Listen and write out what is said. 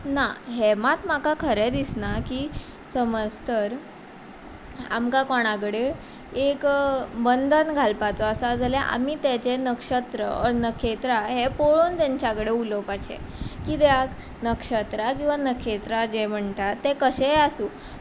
ना हें मात म्हाका खरें दिसना की समज तर आमकां कोणाकय कोणा कडेन एक बंधन घालपाचो आसा जाल्या आमी तेजें नक्षत्र ओर नखेत्रां हें पळोवन तांच्या कडेन उलोपाचें किद्याक नक्षत्रां किंवां नखेत्रां जें म्हणटा तें कशेंय आसूं